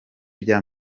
bya